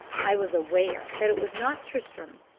i was aware that it was not tristram.